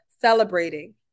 celebrating